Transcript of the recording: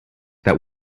that